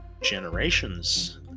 generations